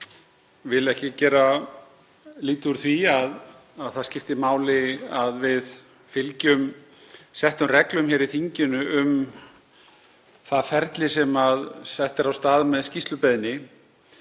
Ég vil ekki gera lítið úr því að það skipti máli að við fylgjum settum reglum í þinginu um það ferli sem sett er af stað með skýrslubeiðni.